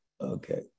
Okay